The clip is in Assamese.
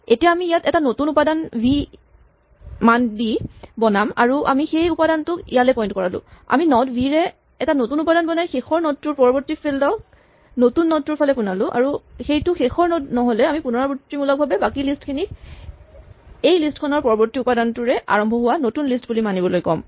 এতিয়া আমি ইয়াত এটা নতুন উপাদান ভি মান দি বনাম আৰু আমি সেই উপাদানটোক ইয়ালে পইন্ট কৰালোঁ আমি নড ভি ৰে এটা নতুন উপাদান বনাই শেষৰ নড টোৰ পৰৱৰ্তী ফিল্ড ক নতুন নড টোৰ ফালে পোনালোঁ আৰু সেইটো শেষৰ নড নহ'লে আমি পুণৰাবৃত্তিমূলকভাৱে বাকী লিষ্ট খিনিক এই লিষ্ট খনক পৰৱৰ্তী উপাদানটোৰে আৰম্ভ হোৱা নতুন লিষ্ট বুলি মানিবলৈ ক'ম